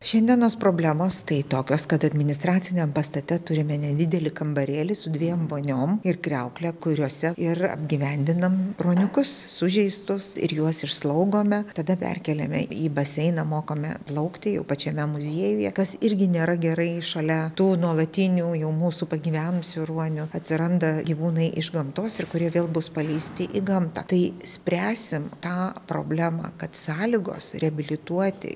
šiandienos problemos tai tokios kad administraciniam pastate turime nedidelį kambarėlį su dviem voniom ir kriaukle kuriose ir apgyvendinam ruoniukus sužeistus ir juos išslaugome tada perkeliame į baseiną mokome plaukti jau pačiame muziejuje kas irgi nėra gerai šalia tų nuolatinių jau mūsų pagyvenusių ruonių atsiranda gyvūnai iš gamtos ir kurie vėl bus paleisti į gamtą tai spręsim tą problemą kad sąlygos reabilituoti